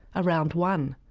around one,